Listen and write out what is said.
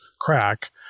crack